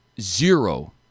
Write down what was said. zero